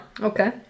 Okay